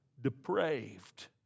depraved